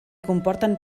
comporten